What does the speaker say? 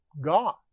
God